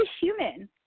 human